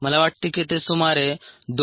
मला वाटते की ते सुमारे 2